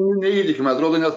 neįtikima atrodo net